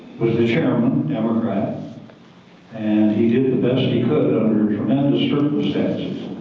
was the chairman, democrat and he did the best he could under tremendous circumstances.